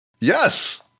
Yes